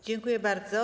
Dziękuję bardzo.